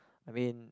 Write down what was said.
I mean